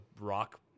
rock